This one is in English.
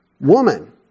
Woman